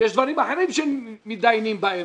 יש דברים אחרים שמתדיינים בהם.